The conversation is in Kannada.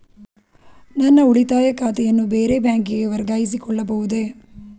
ನನ್ನ ಉಳಿತಾಯ ಖಾತೆಯನ್ನು ಬೇರೆ ಬ್ಯಾಂಕಿಗೆ ವರ್ಗಾಯಿಸಿಕೊಳ್ಳಬಹುದೇ?